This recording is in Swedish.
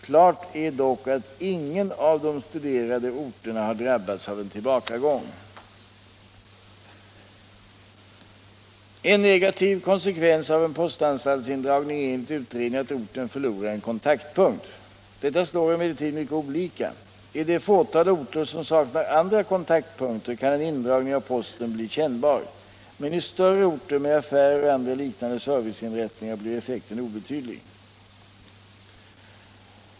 Klart är dock att ingen av de studerade orterna har drabbats av en tillbakagång. En negativ konsekvens av en postanstaltsindragning är enligt utredningen att orten förlorar en kontaktpunkt. Detta slår emellertid mycket olika. I det fåtal orter som saknar andra kontaktpunkter kan en indragning av posten bli kännbar, men i större orter med affärer och andra liknande serviceinrättningar blir effekten obetydlig.